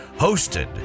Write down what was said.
hosted